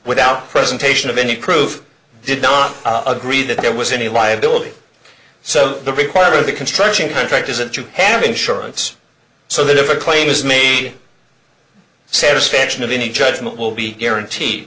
without presentation of any proof did not agree that there was any liability so the require of the construction contract isn't to have insurance so that if a claim is made satisfaction of any judgment will be guaranteed